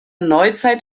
neuzeit